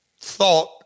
thought